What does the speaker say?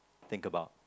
think about